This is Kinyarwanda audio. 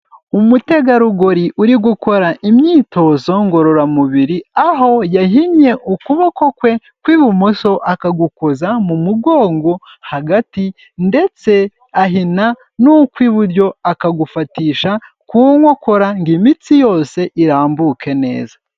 Umutegarugori uri gukora imyitozo ngororamubiri, aho yahinnye ukuboko kwe kw'ibumoso akagukoza mu mugongo hagati, ndetse ahina n'ukw'iburyo akagufatisha ku nkokora ngo imitsi yose irambuke neza.